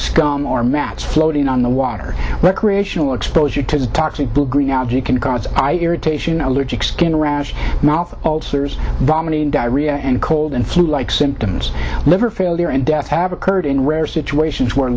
scum or mats floating on the water recreational expose you to the toxic blue green algae can cause i irritation allergic skin rash mouth ulcers vomiting diarrhea and cold and flu like symptoms liver failure and death have occurred in rare situations where